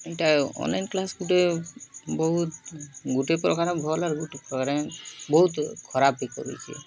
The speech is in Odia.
ଇଟା ଅନ୍ଲାଇନ୍ କ୍ଲାସ୍ ଗୁଟେ ବହୁତ୍ ଗୁଟେ ପ୍ରକାରେ ଭଲ୍ ଆର୍ ଗୁଟେ ପ୍ରକାରେ ବହୁତ୍ ଖରାପ୍ ବି କରୁଛେ